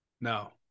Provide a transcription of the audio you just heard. no